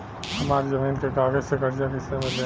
हमरा जमीन के कागज से कर्जा कैसे मिली?